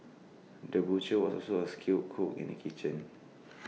the butcher was also A skilled cook in the kitchen